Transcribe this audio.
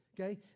okay